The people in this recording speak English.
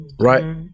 Right